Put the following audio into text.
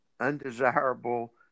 undesirable